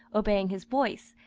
obeying his voice,